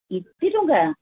ଏତେ ଟଙ୍କା